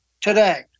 today